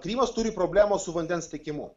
krymas turi problemą su vandens tiekimu